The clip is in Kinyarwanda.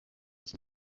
iki